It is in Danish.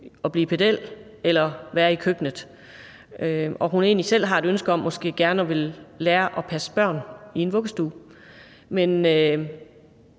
at blive pedel eller være i køkkenet. Hun har måske egentlig selv et ønske om at lære at passe børn i en vuggestue, men